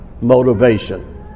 motivation